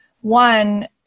one